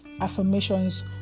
affirmations